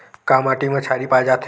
का माटी मा क्षारीय पाए जाथे?